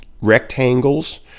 rectangles